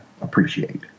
appreciate